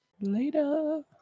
Later